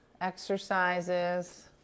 exercises